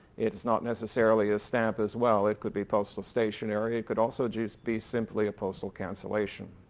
it is not necessarily a stamp as well, it could be postal stationery, it could also just be simply a postal cancellation.